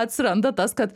atsiranda tas kad